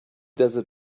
desert